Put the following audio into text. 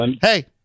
Hey